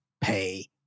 pay